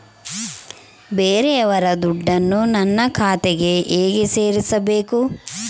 ಬೇರೆಯವರ ದುಡ್ಡನ್ನು ನನ್ನ ಖಾತೆಗೆ ಹೇಗೆ ಸೇರಿಸಬೇಕು?